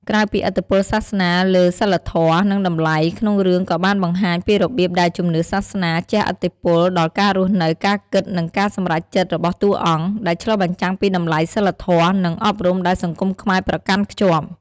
ក្រៅពីឥទ្ធិពលសាសនាលើសីលធម៌ និងតម្លៃ ក្នុងរឿងក៏បានបង្ហាញពីរបៀបដែលជំនឿសាសនាជះឥទ្ធិពលដល់ការរស់នៅ ការគិត និងការសម្រេចចិត្តរបស់តួអង្គ ដែលឆ្លុះបញ្ចាំងពីតម្លៃសីលធម៌ និងអប់រំដែលសង្គមខ្មែរប្រកាន់ខ្ជាប់ ។